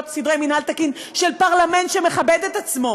סדרי מינהל תקין של פרלמנט שמכבד את עצמו.